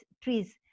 trees